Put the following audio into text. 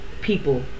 people